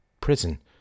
prison